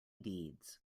deeds